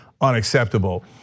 unacceptable